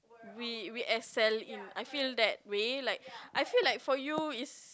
we we Excel you I feel that we like I feel like for you is